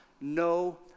no